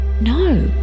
No